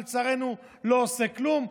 שלצערנו לא עושה כלום,